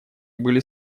были